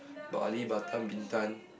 Bali Batam Bintan